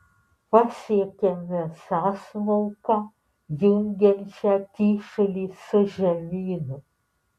pasiekėme sąsmauką jungiančią kyšulį su žemynu